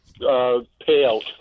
payout